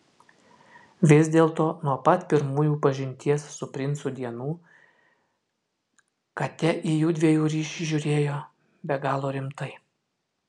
vis dėlto nuo pat pirmųjų pažinties su princu dienų kate į jųdviejų ryšį žiūrėjo be galo rimtai